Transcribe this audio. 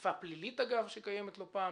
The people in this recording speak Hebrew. אכיפה פלילית שקיימת לא פעם.